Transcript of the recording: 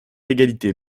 d’égalité